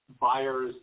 buyers